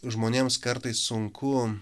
žmonėms kartais sunku